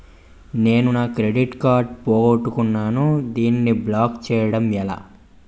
నేను నా credit card పోగొట్టుకున్నాను దానిని బ్లాక్ చేయడం ఎలా?